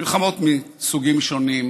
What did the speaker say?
מלחמות מסוגים שונים,